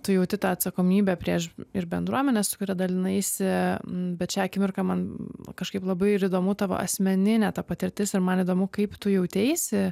tu jauti tą atsakomybę prieš ir bendruomenę su kuria dalinaisi bet šią akimirką man kažkaip labai ir įdomu tavo asmeninė patirtis ir man įdomu kaip tu jauteisi